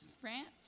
France